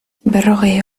berrogei